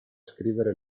scrivere